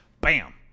Bam